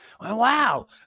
wow